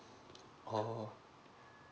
oo